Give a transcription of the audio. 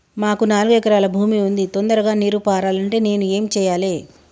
మాకు నాలుగు ఎకరాల భూమి ఉంది, తొందరగా నీరు పారాలంటే నేను ఏం చెయ్యాలే?